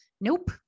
nope